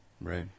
Right